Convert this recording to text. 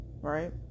Right